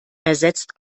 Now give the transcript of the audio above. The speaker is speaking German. ersetzt